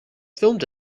filmed